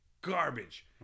garbage